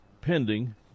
pending